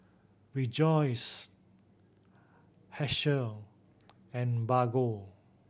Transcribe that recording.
Rejoice Herschel and Bargo